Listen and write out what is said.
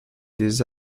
des